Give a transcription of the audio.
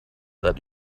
that